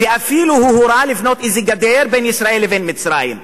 והוא אפילו הורה לבנות איזה גדר בין ישראל לבין מצרים.